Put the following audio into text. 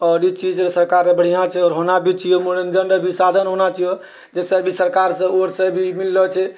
आओर ई चीज सरकारके बढ़िआँ छै आओर होना भी चाहिए मनोरञ्जनके भी साधन होना चाहिए जाहिसँ अभी सरकारसँ ओरसँ भी मिल रहल छै